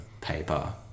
paper